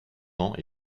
ans